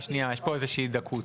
--- שנייה, יש פה איזושהי דקות.